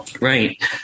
Right